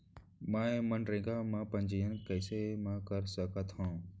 मैं मनरेगा म पंजीयन कैसे म कर सकत हो?